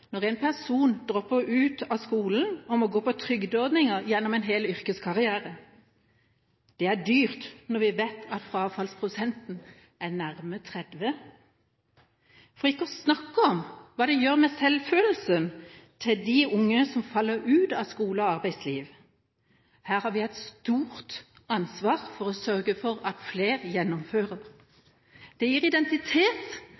når en person dropper ut av skolen og må gå på trygdeordninger gjennom en hel yrkeskarriere. Det er dyrt når vi vet at frafallet er nærmere 30 pst. – for ikke å snakke om hva det gjør med selvfølelsen til de unge som faller ut av skole og arbeidsliv. Her har vi et stort ansvar for å sørge for at flere gjennomfører.